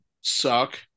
suck